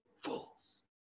Fools